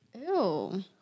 Ew